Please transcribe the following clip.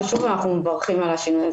עו"ד שלומי מור בבקשה.